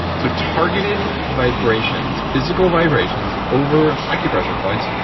so targeted vibrations, physical vibrations, over acupressure points.